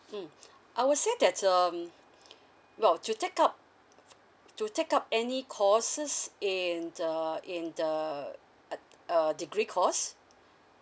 mm I would say that's um well to take up to take up any courses in the in the uh degree course